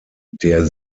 der